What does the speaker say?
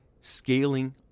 scaling